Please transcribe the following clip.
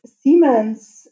Siemens